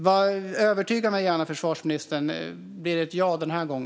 Försvarsministern får gärna övertyga mig. Blir det ett ja denna gång?